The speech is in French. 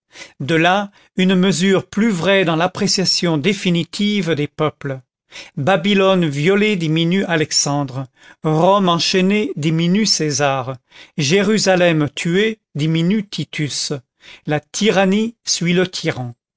de là une mesure plus vraie dans l'appréciation définitive des peuples babylone violée diminue alexandre rome enchaînée diminue césar jérusalem tuée diminue titus la tyrannie suit le tyran